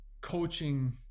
coaching